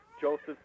Joseph